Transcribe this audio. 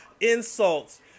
insults